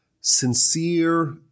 sincere